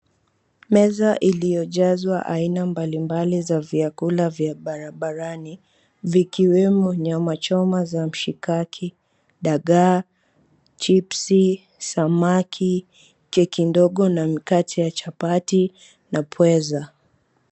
Meza iliyojazwa aina mbalimbali za vyakula vya barabarani, vikiwemo nyama choma za mshikaki, dagaa, chips , samaki, keki ndogo na mikate ya chapati na pweza.